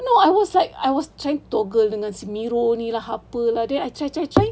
no I was like I was trying toggle dengan si Miro ni lah apa lah then I try try try